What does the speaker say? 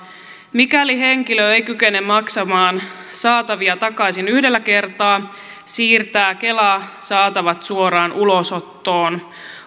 mikäli henkilö ei kykene maksamaan saatavia takaisin yhdellä kertaa siirtää kela saatavat suoraan ulosottoon